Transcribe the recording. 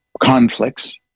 conflicts